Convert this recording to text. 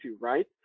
right